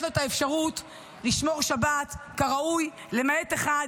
לו את האפשרות לשמור שבת כראוי למעט אחד,